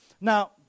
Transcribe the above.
Now